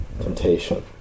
temptation